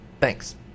Thanks